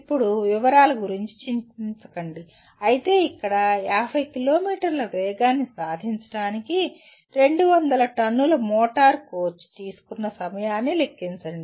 ఇప్పుడు వివరాల గురించి చింతించకండి అయితే ఇక్కడ 50 కిలోమీటర్ల వేగాన్ని సాధించడానికి 200 టన్నుల మోటారు కోచ్ తీసుకున్న సమయాన్ని లెక్కించండి